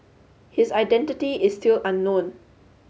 his identity is still unknown